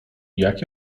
jak